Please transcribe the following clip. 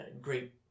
great